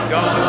God